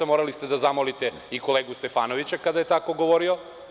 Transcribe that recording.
Morali ste zamolite i kolegu Stefanovića kada je tako govorio.